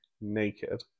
naked